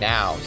Now